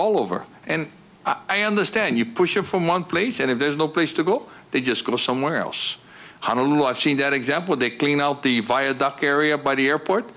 all over and i understand you push it from one place and if there's no place to go they just go somewhere else i don't like seeing that example to clean out the via dock area by the airport